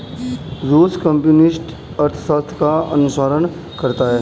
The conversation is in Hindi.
रूस कम्युनिस्ट अर्थशास्त्र का अनुसरण करता है